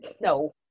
no